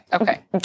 okay